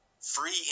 free